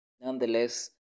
nonetheless